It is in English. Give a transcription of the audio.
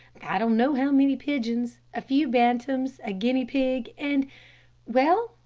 i don't know how many pigeons, a few bantams, a guinea pig, and well,